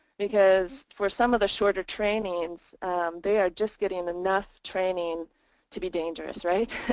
because for some of the shorter trainings they are just getting enough training to be dangerous. right?